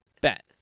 Bet